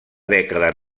dècada